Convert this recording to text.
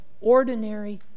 ordinary